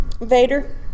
Vader